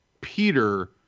Peter